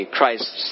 Christ's